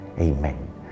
Amen